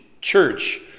church